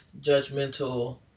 judgmental